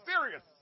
serious